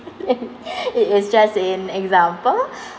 it is just an example